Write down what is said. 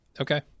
Okay